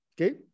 Okay